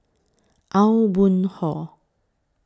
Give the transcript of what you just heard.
Aw Boon Haw